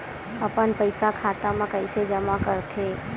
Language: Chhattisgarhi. अपन पईसा खाता मा कइसे जमा कर थे?